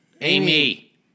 Amy